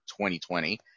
2020